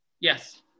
Yes